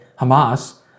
Hamas